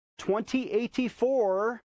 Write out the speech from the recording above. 2084